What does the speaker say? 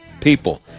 people